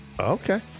Okay